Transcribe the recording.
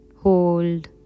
Hold